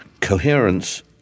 coherence